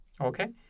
Okay